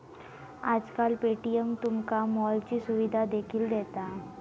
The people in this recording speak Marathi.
आजकाल पे.टी.एम तुमका मॉलची सुविधा देखील दिता